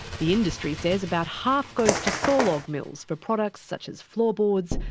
the industry says about half goes to sawlog mills for products such as floorboards,